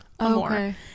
Okay